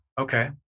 Okay